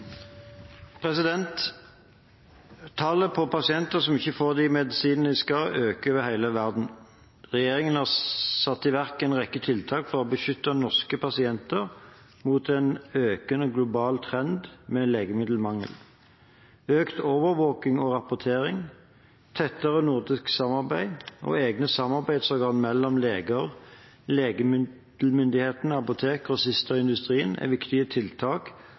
Tallet på pasienter som ikke får de medisinene de skal ha, øker over hele verden. Regjeringen har satt i verk en rekke tiltak for å beskytte norske pasienter mot en økende global trend med legemiddelmangel. Økt overvåking og rapportering, tettere nordisk samarbeid og egne samarbeidsorgan mellom leger, legemiddelmyndighetene, apotek, grossister og industrien er viktige tiltak